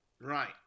Right